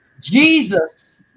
Jesus